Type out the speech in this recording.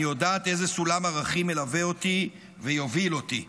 אני יודעת איזה סולם ערכים מלווה אותי ויוביל אותי.